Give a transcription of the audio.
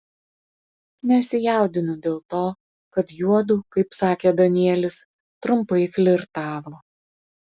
nesijaudinu dėl to kad juodu kaip sakė danielis trumpai flirtavo